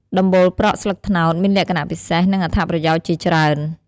ដំបូលប្រក់ស្លឹកត្នោតមានលក្ខណៈពិសេស និងអត្ថប្រយោជន៍ជាច្រើន។